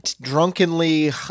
drunkenly